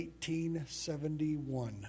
1871